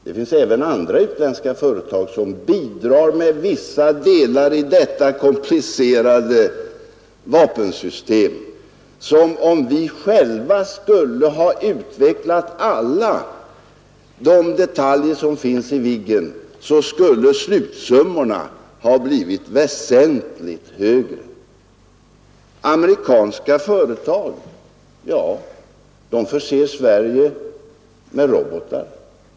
Det finns även andra utländska företag som bidrar med vissa delar i detta komplicerade vapensystem. Om vi själva skulle ha utvecklat alla detaljerna i Viggen, skulle slutsummorna ha blivit väsentligt högre. Amerikanska företag, ja, de förser Sverige med t.ex. robotar.